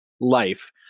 life